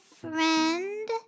friend